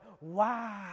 wow